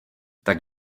tak